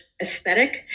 aesthetic